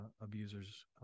abusers